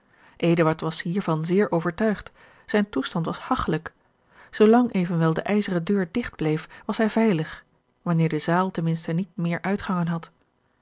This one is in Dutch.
was hiervan zeer overtuigd zijn toestand was hagchelijk zoolang evenwel de ijzeren deur digt bleef was hij veilig wanneer de zaal ten minste niet meer uitgangen had